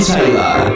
Taylor